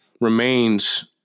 remains